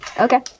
Okay